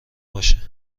باشه